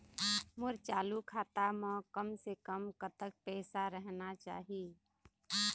मोर चालू खाता म कम से कम कतक पैसा रहना चाही?